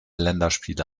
länderspiele